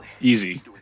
easy